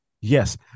Yes